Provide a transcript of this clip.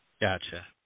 Gotcha